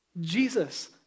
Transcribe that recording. Jesus